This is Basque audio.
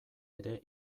ere